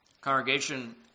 Congregation